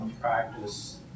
practice